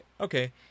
okay